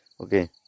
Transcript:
Okay